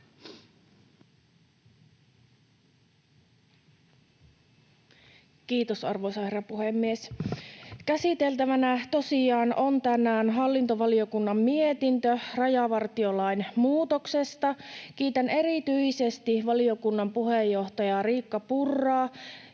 Kiitos, arvoisa herra puhemies! Käsiteltävänä tosiaan on tänään hallintovaliokunnan mietintö rajavartiolain muutoksesta. Kiitän erityisesti valiokunnan puheenjohtajaa Riikka Purraa